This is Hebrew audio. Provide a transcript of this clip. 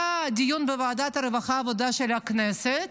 היה דיון בוועדת העבודה והרווחה של הכנסת,